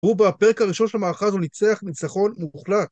הוא בפרק הראשון של המערכה הזו ניצח מנצחון מוחלט